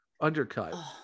undercut